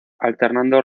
alternando